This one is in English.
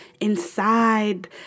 inside